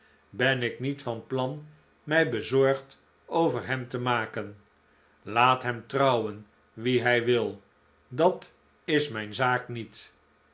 ben ik niet van plan mij bezorgd over hem te maken laat hem trouwen wie hij wil dat is mijn zaak niet